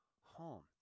home